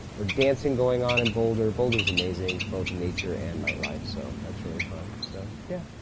or dancing going on in boulder. boulder's amazing, both in nature and night life, so that's really fun, so yeah.